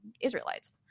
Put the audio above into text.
Israelites